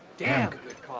damn